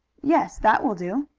yes, that will do.